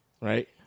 right